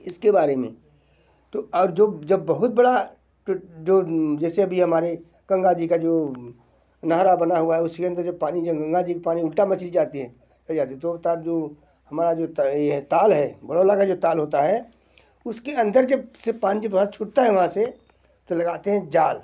इसके बारे में तो अब जो जब बहुत बड़ा जो जो जैसे अभी हमारे गंगा जी का जो नाहरा बना हुआ है उसके अंदर जो पानी जो गंगा जी के पानी उल्टा मछली जाती हैं हो जाती तो तब जो हमारा जो तरई है ताल है बड़ोला का जो ताल होता है उसके अंदर जब से पानी जब बहुत छूटता है वहाँ से तो लगाते हैं जाल